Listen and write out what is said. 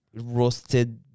Roasted